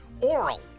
oral